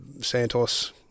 Santos